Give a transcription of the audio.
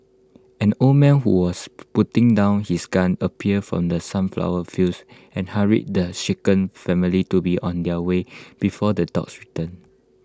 an old man who was putting down his gun appeared from the sunflower fields and hurried the shaken family to be on their way before the dogs return